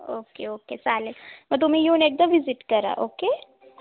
okay okay चालेल मग तुम्ही येऊन एकदा व्हिजिट करा ओके